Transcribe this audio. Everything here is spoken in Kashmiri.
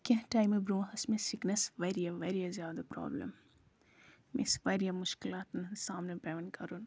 کینٛہہ ٹایمہٕ برونٛہہ ٲس مےٚ سکنس واریاہ واریاہ زیادٕ پرابلم مےٚ ٲسۍ واریاہ مُشکلاتَن ہُنٛد سامنہٕ پیٚوان کرُن